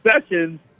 sessions